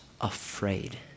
afraid